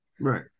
right